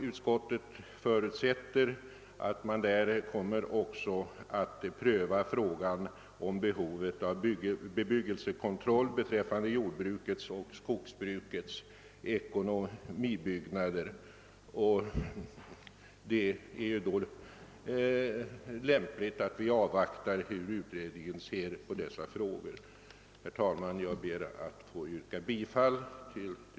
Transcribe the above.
Utskottet förutsätter att denna utredning också kommer att pröva frågan om behovet av bebyggelsekontroll beträffande jordbrukets och skogsbrukets ekonomibyggnader. Det är då lämpligt att avvakta och se hur utredningen bedömer dessa frågor. Herr talman! Jag ber att få yrka bifall till tredje lagutskottets hemställan.